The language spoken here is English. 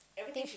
I think